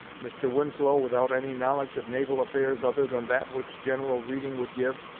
mr. winslow, without any knowledge of naval affairs other than that which general reading would give,